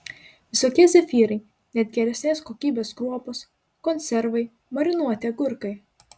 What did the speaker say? visokie zefyrai net geresnės kokybės kruopos konservai marinuoti agurkai